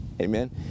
Amen